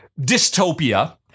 dystopia